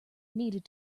needed